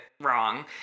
wrong